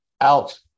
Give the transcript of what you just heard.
out